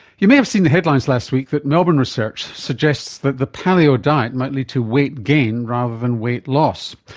you may have seen the headlines last week that melbourne research suggests that the paleo diet might lead to weight gain rather than weight loss.